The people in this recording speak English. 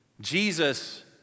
Jesus